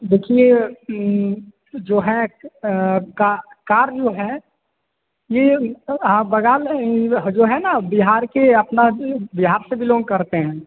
देखिए जो है का कार जो है ये हाँ बगाल ह जो है न बिहार के अपना बिहार से बिलोंग करते हैं